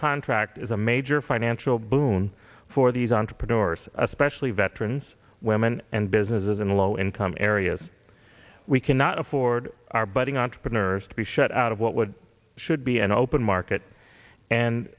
contract is a major financial boon for these entrepreneurs especially veterans women and businesses in the low income areas we cannot afford our budding entrepreneurs to be shut out of what would should be an open market and